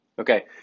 Okay